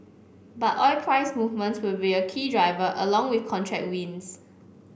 but oil price movements will be a key driver along with contract wins